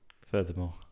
Furthermore